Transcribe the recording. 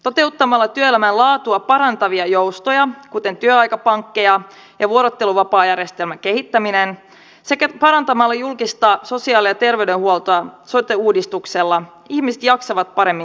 toteuttamalla työelämän laatua parantavia joustoja kuten työaikapankkeja ja vuorotteluvapaajärjestelmän kehittäminen sekä parantamalla julkista sosiaali ja terveydenhuoltoa sote uudistuksella ihmiset jaksavat paremmin työssä